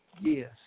Yes